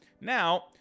Now